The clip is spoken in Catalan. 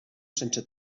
sense